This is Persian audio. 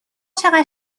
چقدر